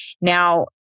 Now